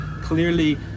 clearly